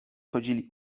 chodzili